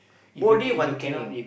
body one thing